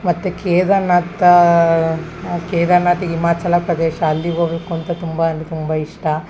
ಮತ್ತು ಕೇದಾರನಾಥ ಕೇದಾರ್ನಾಥಿಗೆ ಹಿಮಾಚಲ ಪ್ರದೇಶ ಅಲ್ಲಿಗೆ ಹೋಗ್ಬೇಕು ಅಂತ ತುಂಬ ಅಂದ್ರೆ ತುಂಬ ಇಷ್ಟ